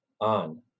on